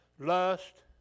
Lust